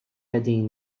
qegħdin